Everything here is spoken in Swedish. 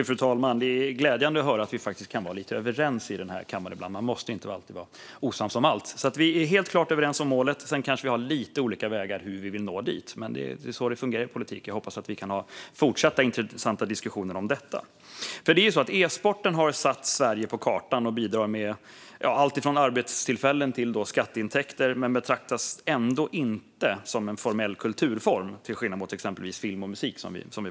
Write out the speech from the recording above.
Fru talman! Det är glädjande att vi faktiskt kan vara lite överens i den här kammaren ibland. Man måste inte alltid vara osams om allt. Vi är helt klart överens om målet. Sedan kanske vi har lite olika vägar dit, men det är så det fungerar i politiken. Jag hoppas att vi kan ha fortsatta intressanta diskussioner om detta. E-sporten har satt Sverige på kartan och bidrar med alltifrån arbetstillfällen till skatteintäkter, men den betraktas trots detta inte som en formell kulturform, till skillnad från exempelvis film och musik.